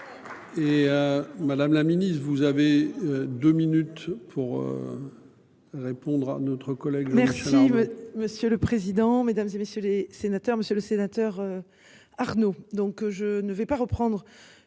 Et Madame la Ministre, vous avez 2 minutes pour. Répondre à notre collègue. Merci monsieur le président, Mesdames, et messieurs les sénateurs, Monsieur le Sénateur. Arnaud,